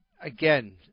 Again